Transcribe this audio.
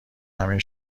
همین